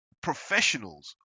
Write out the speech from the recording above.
Professionals